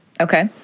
Okay